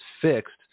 fixed